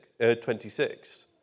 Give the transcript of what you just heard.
26